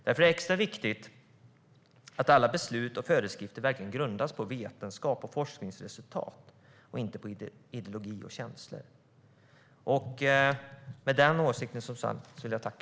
Därför är det extra viktigt att alla beslut och föreskrifter verkligen grundar sig på vetenskap och forskningsresultat och inte på ideologi och känslor.